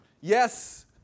yes